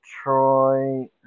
Detroit